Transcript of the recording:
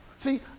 See